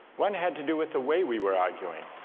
one had to do with the way we were arguing